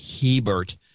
Hebert